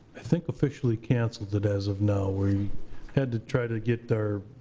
i think officially canceled it as of now. we had to try to get our